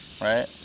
right